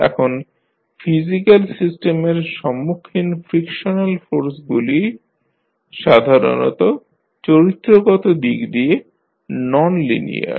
এখন ফিজিক্যাল সিস্টেমের সম্মুখীন ফ্রিকশনাল ফোর্সগুলি সাধারণত চরিত্রগত দিক দিয়ে নন লিনিয়ার